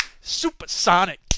Supersonic